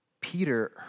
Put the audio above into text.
Peter